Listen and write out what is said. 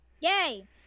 yay